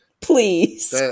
please